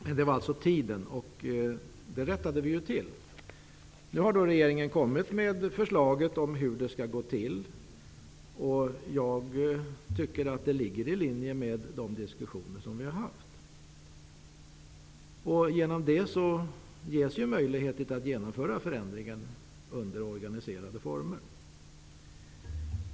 Men det hakade alltså upp sig på tiden, men det rättade vi till. Regeringen har nu kommit med sitt förslag. Jag anser att det ligger i linje med de diskussioner som vi har fört. I och med detta förslag ges nu möjligheter att genomföra förändringen under organiserade former.